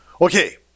okay